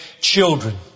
children